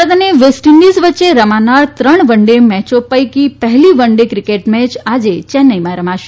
ભારત અને વેસ્ટઇન્ડિઝ વચ્ચે રમાનારી ત્રણ વન ડે મેચો પૈકી પહેલી વન ડે ક્રિકેટ મેચ આજે ચેન્નાઇમાં રમાશે